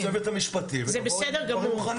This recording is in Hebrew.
אצלנו לדיונים בצוות המשפטי יבואו מוכנים,